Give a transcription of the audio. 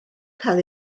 cael